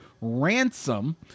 Ransom